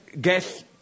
guess